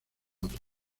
otros